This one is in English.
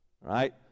right